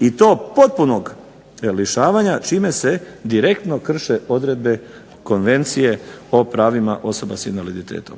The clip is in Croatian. i to potpunog lišavanja čime se direktno krše odredbe Konvencije o pravima osoba s invaliditetom.